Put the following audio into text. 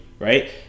right